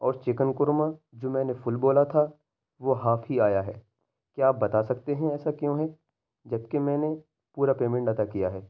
اور چکن قورمہ جو میں نے فل بولا تھا وہ ہاف ہی آیا ہے کیا آپ بتا سکتے ہیں ایسا کیوں ہے جبکہ میں نے پورا پیمنٹ ادا کیا ہے